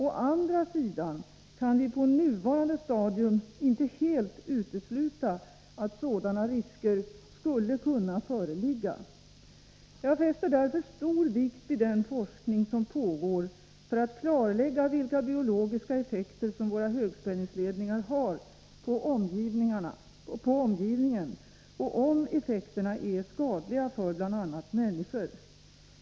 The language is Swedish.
Å andra sidan kan vi på nuvarande stadium inte helt utesluta att sådana risker skulle kunna föreligga. Jag fäster därför stor vikt vid den forskning som pågår för att klarlägga vilka biologiska effekter som våra högspänningsledningar har på omgivningen och om effekterna är skadliga för bl.a. människor.